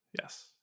yes